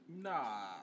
Nah